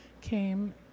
came